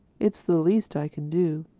it's the least i can do.